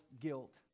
guilt